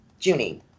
Junie